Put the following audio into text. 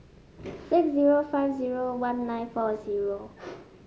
six zero five zero one nine four zero